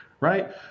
right